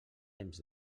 temps